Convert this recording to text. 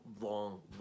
long